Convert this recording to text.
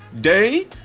Day